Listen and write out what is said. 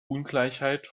ungleichheit